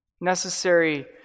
necessary